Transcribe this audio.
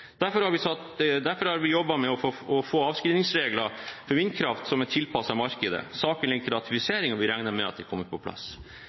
Derfor har vi jobbet med å få avskrivningsregler for vindkraft som er tilpasset markedet. Saken ligger til ratifisering, og vi regner med at det kommer på plass.